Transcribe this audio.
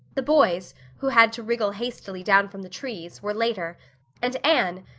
the boys, who had to wriggle hastily down from the trees, were later and anne,